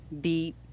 beat